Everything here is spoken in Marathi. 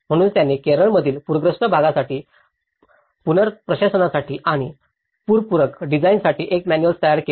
म्हणूनच त्यांनी केरळमधील पूरग्रस्त भागासाठी पुनर्प्रशासनासाठी आणि पूर पूरक डिझाइनसाठी एक मॅनुअल्स तयार केली